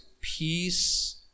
peace